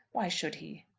why should he?